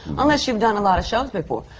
unless you've done a lot of shows before.